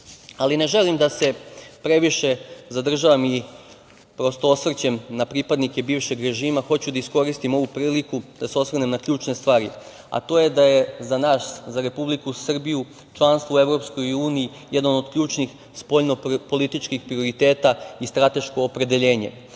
želim da se previše zadržavam i prosto osvrćem na pripadnike bivšeg režima, hoću da iskoristim ovu priliku, da se osvrnem na ključne stvari, a to je da je za nas, za Republiku Srbiju članstvo u Evropskoj uniji jedan od ključnih, spoljnopolitičkih prioriteta i strateško opredelenje.